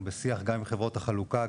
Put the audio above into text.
בשיח גם עם חברות החלוקה,